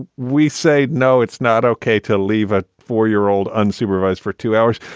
we say, no, it's not ok to leave a four year old unsupervised for two hours.